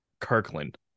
Kirkland